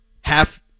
half